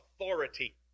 authority